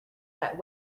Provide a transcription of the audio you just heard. that